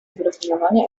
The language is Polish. wyrafinowanie